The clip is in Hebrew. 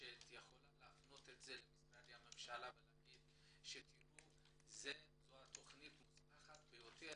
שאת יכולה להפנות אותה למשרדי הממשלה ולהגיד שזאת תכנית מוצלחת ביותר